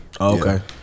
Okay